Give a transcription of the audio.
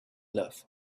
love